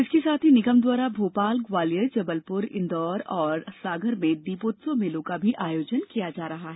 इसके साथ ही निगम द्वारा भोपाल ग्वालियर जबलपुर इंदौर और सागर में दीपोत्सव मेलों का आयोजन भी किया जा रहा है